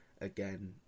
again